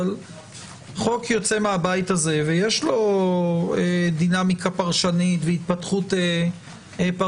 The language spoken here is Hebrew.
אבל חוק יוצא מהבית הזה ויש לו דינמיקה פרשנית והתפתחות פרשנית,